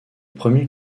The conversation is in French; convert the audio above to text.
premier